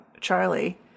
charlie